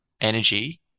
energy